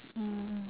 mm